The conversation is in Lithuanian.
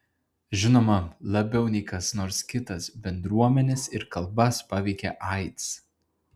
žinoma labiau nei kas nors kitas bendruomenes ir kalbas paveikia aids